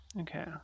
Okay